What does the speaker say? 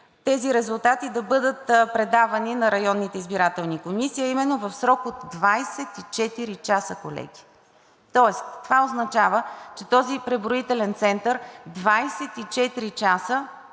тези резултати да бъдат предавани на районните избирателни комисии, а именно в срок от 24 часа, колеги! Тоест това означава, че този преброителен център 24 часа